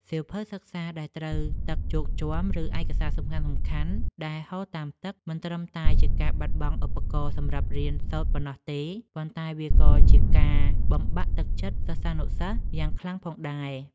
សៀវភៅសិក្សាដែលត្រូវទឹកជោកជាំ ឬឯកសារសំខាន់ៗដែលហូរតាមទឹក មិនត្រឹមតែជាការបាត់បង់ឧបករណ៍សម្រាប់រៀនសូត្រប៉ុណ្ណោះទេ ប៉ុន្តែវាក៏ជាការបំបាក់ទឹកចិត្តសិស្សានុសិស្សយ៉ាងខ្លាំងផងដែរ។